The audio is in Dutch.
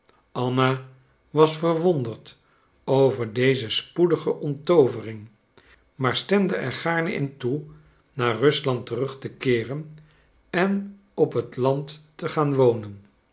anna was verwonderd over deze spoedige onttoovering maar stemde er gaarne in toe naar rusland terug te keeren en op het land te gaan wonen